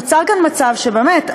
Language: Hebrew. נוצר כאן מצב שבאמת,